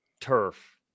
turf